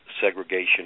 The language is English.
Segregation